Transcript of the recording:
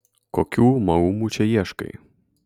kokių maumų čia ieškai